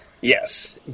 Yes